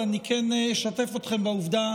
אבל אני כן אשתף אתכם בעובדה